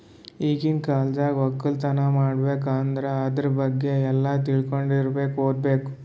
ಈಗಿನ್ ಕಾಲ್ದಾಗ ವಕ್ಕಲತನ್ ಮಾಡ್ಬೇಕ್ ಅಂದ್ರ ಆದ್ರ ಬಗ್ಗೆ ಎಲ್ಲಾ ತಿಳ್ಕೊಂಡಿರಬೇಕು ಓದ್ಬೇಕು